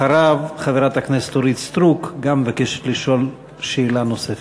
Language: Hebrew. אחריו גם חברת הכנסת אורית סטרוק מבקשת לשאול שאלה נוספת.